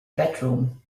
bedroom